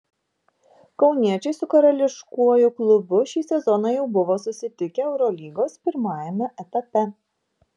kauniečiai su karališkuoju klubu šį sezoną jau buvo susitikę eurolygos pirmajame etape